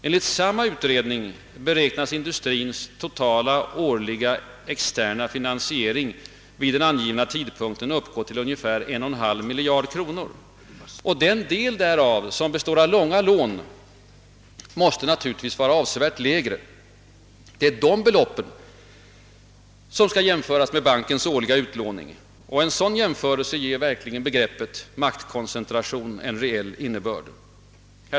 Enligt samma utredning beräknas dock industrins totala årliga externa finansiering vid den angivna tidpunkten uppgå till ungefär 1,5 miljard kronor. Den del därav som består av långa lån måste naturligtvis vara avsevärt lägre. Det är dessa belopp som skall jämföras med bankens årliga utlåning. En sådan jämförelse ger verkligen begreppet maktkoncentration en reell innebörd.